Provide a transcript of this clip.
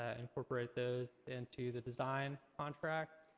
ah incorporate those into the design contract.